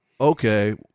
okay